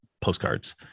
postcards